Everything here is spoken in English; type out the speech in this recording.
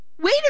wait